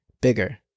bigger